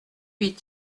huit